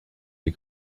you